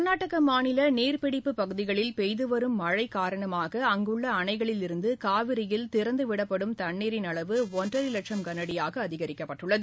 கர்நாடகமாநிலநீர்ப்பிடிப்பு பகுதிகளில் பெய்துவரும் மழைகாரணமாக அங்குள்ளஅணைகளிலிருந்துகாவிரியில் திறந்துவிடப்படும் தண்ணீரின் அளவு ஒன்றரைலட்சம் கனஅடியாகஅதிகரிக்கப்பட்டுள்ளது